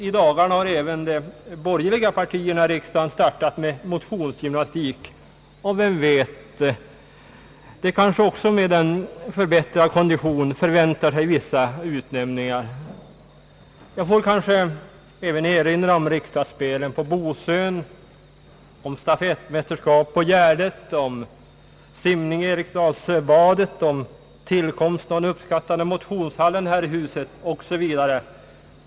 I dagarna har även de borgerliga partierna i riksdagen startat med motionsgymnastik — vem vet, kanske också de med en förbättrad kondition förväntar sig vissa utnämningar. Jag kan även erinra om Riksdagsspelen på Bosön, om stafettmästerskapet på Gärdet, om simning i Eriksdalsbadet, om tillkomsten av den uppskattade motionshallen här i huset, 0. sS. v.